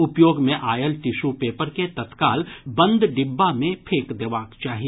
उपयोग मे oil tissue paper के तत्काल बंद डिब्बा मे फेंक देबाक चाही